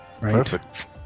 Perfect